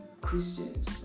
christians